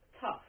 Tough